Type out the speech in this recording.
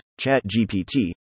ChatGPT